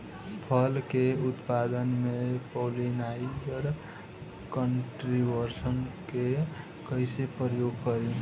फल के उत्पादन मे पॉलिनाइजर कल्टीवर्स के कइसे प्रयोग करी?